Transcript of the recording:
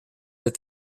that